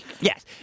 Yes